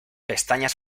pestañas